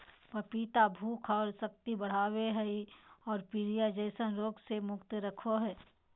पपीता भूख और शक्ति बढ़ाबो हइ और पीलिया जैसन रोग से मुक्त रखो हइ